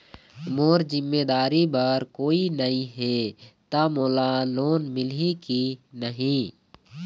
मोर जिम्मेदारी बर कोई नहीं हे त मोला लोन मिलही की नहीं?